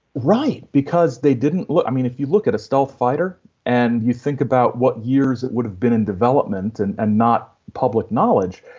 right. because they didn't i mean, if you look at a stealth fighter and you think about what years it would have been in development and and not public knowledge,